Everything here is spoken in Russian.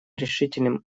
решительным